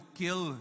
kill